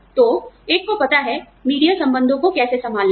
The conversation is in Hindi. तो एक को पता है मीडिया संबंधों को कैसे संभालना है